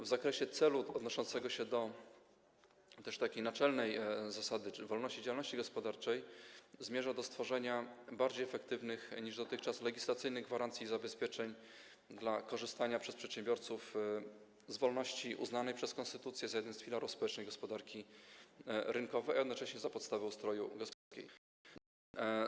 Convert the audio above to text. W zakresie celu odnoszącego się do naczelnej zasady, czyli wolności działalności gospodarczej, zmierza do stworzenia bardziej efektywnych niż dotychczas legislacyjnych gwarancji i zabezpieczeń dla korzystania przez przedsiębiorców z tej wolności uznanej przez konstytucję za jeden z filarów społecznej gospodarki rynkowej, a jednocześnie za podstawę ustroju gospodarczego Rzeczypospolitej Polskiej.